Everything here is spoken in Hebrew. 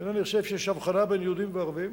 אינני חושב שיש הבחנה בין יהודים וערבים,